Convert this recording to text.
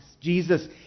Jesus